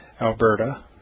Alberta